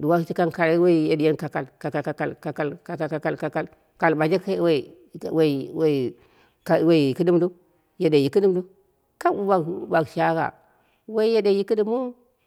ɗunja shi kang koro yediyan kakal kakakakal kakal kakakakal kakal ka al ɓanje woi, woi, woi, woi yiki yede ɗɨm yikiru kap wu ɓag shagha woi yeɗe yiki ɗɨmɨu